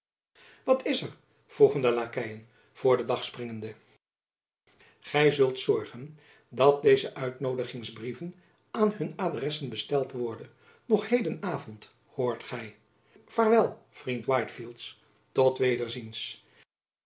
wat is er vroegen de lakeien voor den dag springende gy zult zorgen dat deze uitnoodigingsbrieven aan hun adressen besteld worden nog heden avond hoort gy vaarwel vriend whitefields tot wederziens